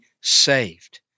saved